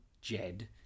Jed